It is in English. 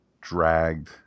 dragged